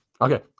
Okay